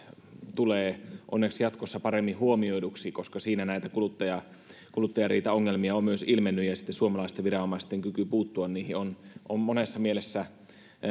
tulee onneksi jatkossa paremmin huomioiduksi koska siinä näitä kuluttajariitaongelmia on myös ilmennyt ja sitten suomalaisten viranomaisten kyky puuttua niihin on on